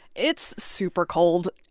it's super cold,